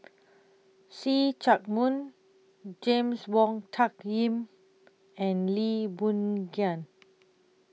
See Chak Mun James Wong Tuck Yim and Lee Boon Ngan